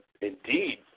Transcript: indeed